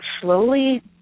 slowly